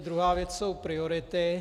Druhá věc jsou priority.